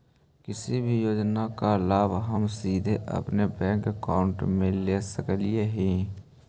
किसी भी योजना का लाभ हम सीधे अपने बैंक अकाउंट में ले सकली ही?